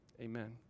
amen